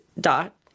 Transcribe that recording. dot